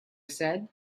said